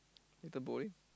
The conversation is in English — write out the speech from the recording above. later bowling